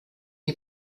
die